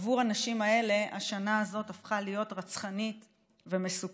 עבור הנשים האלה השנה הזאת הפכה להיות רצחנית ומסוכנת.